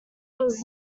was